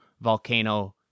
volcano